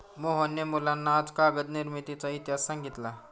मोहनने मुलांना आज कागद निर्मितीचा इतिहास सांगितला